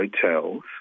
hotels